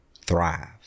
thrive